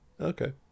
Okay